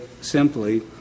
simply